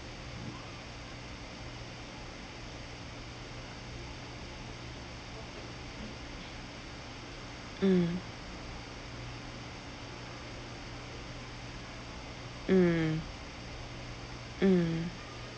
mm mm mm